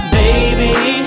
baby